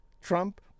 Trump